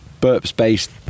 burps-based